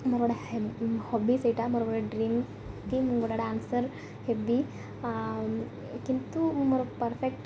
ମୋର ଗୋଟେ ହବି ସେଇଟା ମୋର ଗୋଟେ ଡ୍ରିମ୍ କି ମୁଁ ଗୋଟେ ଡ଼୍ୟାନ୍ସର ହେବି କିନ୍ତୁ ମୁଁ ମୋର ପରଫେକ୍ଟ